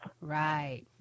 right